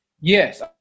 Yes